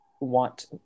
want